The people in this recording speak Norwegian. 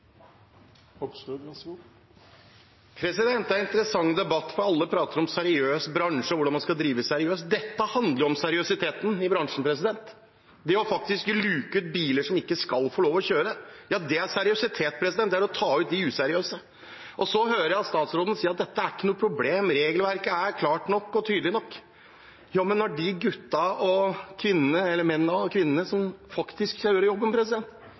interessant debatt, for alle prater om en seriøs bransje og hvordan man skal drive seriøst. Dette handler om seriøsiteten i bransjen, faktisk å luke ut biler som ikke skal få lov å kjøre. Ja, det er seriøsitet, det er å ta ut de useriøse. Jeg hører statsråden si at dette ikke er noe problem, og at regelverket er klart nok og tydelig nok – ja, men mennene og kvinnene som faktisk skal gjøre jobben, sier at de har en utfordring. For i dette landet endrer været seg ganske fort og litt avhengig av hvor man skal.